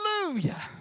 Hallelujah